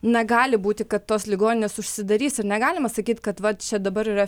na gali būti kad tos ligoninės užsidarys ir negalima sakyt kad va čia dabar yra